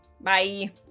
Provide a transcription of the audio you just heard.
Bye